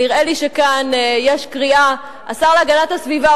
נראה לי שיש כאן קריאה: השר להגנת הסביבה,